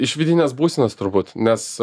iš vidinės būsenos turbūt nes